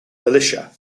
militia